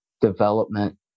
development